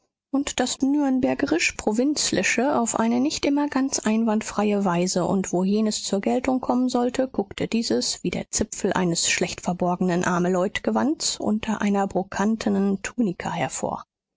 und das nürnbergerisch provinzliche auf eine nicht immer ganz einwandfreie weise und wo jenes zur geltung kommen sollte guckte dieses wie der zipfel eines schlechtverborgenen armeleutgewands unter einer brokatenen tunika hervor